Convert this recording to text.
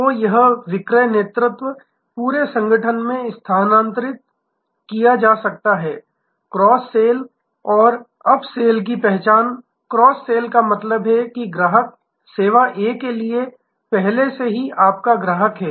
तो यह विक्रय नेतृत्व पूरे संगठन में स्थानांतरण किया जा सकता है क्रॉस सेल और अप सेल की पहचान क्रॉस सेल का मतलब है कि ग्राहक सेवा ए के लिए पहले से ही आपका ग्राहक है